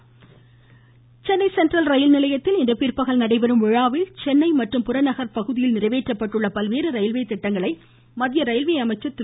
ச்ச்ச்ச் Piyush Goyal Chennai central ரயில்நிலையத்தில் இன்று பிற்பகல் நடைபெறும் விழாவில் சென்னை மற்றும் புறநகர் பகுதியில் நிறைவேற்றப்பட்டுள்ள பல்வேறு ரயில்வே திட்டங்களை மத்திய ரயில்வே அமைச்சர் திரு